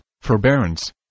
forbearance